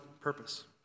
purpose